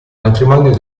matrimonio